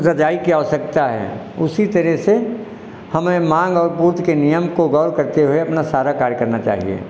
रज़ाई की आवश्यकता है उसी तरह से हमें माँग और पूर्ति के नियम को गौर करते हुए अपना सारा कार्य करना चाहिए